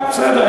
בסדר.